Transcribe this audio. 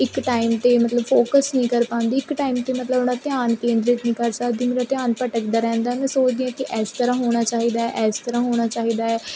ਇੱਕ ਟਾਈਮ 'ਤੇ ਮਤਲਬ ਫੋਕਸ ਨਹੀਂ ਕਰ ਪਾਉਂਦੀ ਇੱਕ ਟਾਈਮ 'ਤੇ ਮਤਲਬ ਉਹਨਾਂ ਧਿਆਨ ਕੇਂਦਰਿਤ ਨਹੀਂ ਕਰ ਸਕਦੀ ਮੇਰਾ ਧਿਆਨ ਭਟਕਦਾ ਰਹਿੰਦਾ ਮੈਂ ਸੋਚਦੀ ਕਿ ਇਸ ਤਰ੍ਹਾਂ ਹੋਣਾ ਚਾਹੀਦਾ ਇਸ ਤਰ੍ਹਾਂ ਹੋਣਾ ਚਾਹੀਦਾ ਹੈ